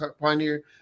pioneer